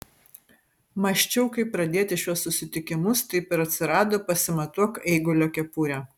mąsčiau kaip pradėti šiuos susitikimus taip ir atsirado pasimatuok eigulio kepurę